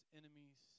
enemies